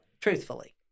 truthfully